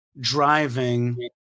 driving